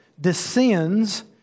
descends